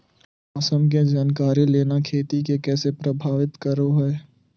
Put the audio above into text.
मौसम के जानकारी लेना खेती के कैसे प्रभावित करो है?